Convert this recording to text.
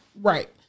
Right